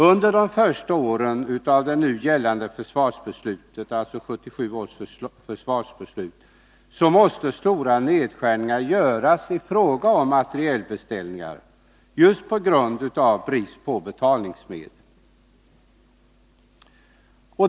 Under de första åren efter att nu gällande försvarsbeslut hade fattats, dvs. 1977 års försvarsbeslut, måste stora nedskärningar göras i fråga om materielbeställningar just på grund av brist på betalningsmedel.